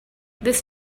this